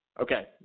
Okay